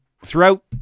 throughout